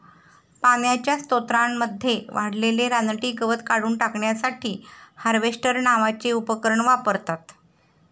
पाण्याच्या स्त्रोतांमध्ये वाढलेले रानटी गवत काढून टाकण्यासाठी हार्वेस्टर नावाचे उपकरण वापरतात